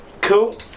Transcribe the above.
Cool